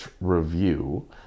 review